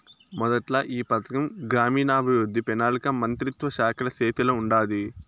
మొదట్ల ఈ పథకం గ్రామీణాభవృద్ధి, పెనాలికా మంత్రిత్వ శాఖల సేతిల ఉండాది